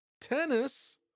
tennis